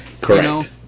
correct